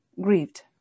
grieved